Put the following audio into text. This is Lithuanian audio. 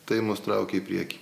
tai mus traukia į priekį